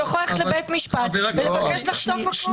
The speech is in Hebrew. הוא יכול ללכת לבית משפט ולבקש לחשוף הכול.